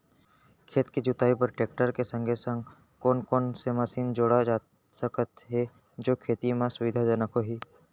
खेत के जुताई बर टेकटर के संगे संग कोन कोन से मशीन जोड़ा जाथे सकत हे जो खेती म सुविधाजनक होही?